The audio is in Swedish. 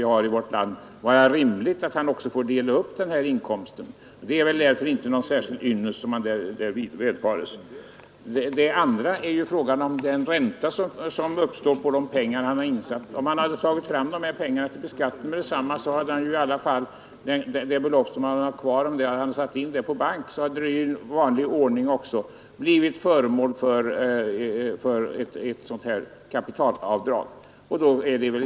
Det är inte någon särskild ynnest som han därvid marginalbeskattning vi har i vårt land vara rimligt att han ocksi Så till frågan om den ränta som uppstår på de pengar han har insatta på skogskontot. Om han hade tagit fram pengarna till beskattning med detsamma, så hade han i alla fall kunnat sätta in det belopp han fått kvar på en bank och då i vanlig ordning fått tillgodogöra sig avdrag.